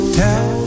tell